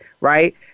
Right